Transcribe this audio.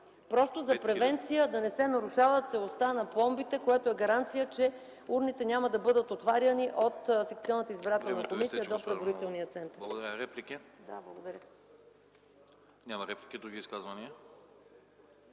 Просто за превенция, да не се нарушава целостта на пломбите, което е гаранция, че урните няма да бъдат отваряни от секционната избирателна комисия до преброителния център.